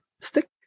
stick